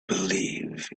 believe